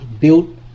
build